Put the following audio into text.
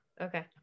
Okay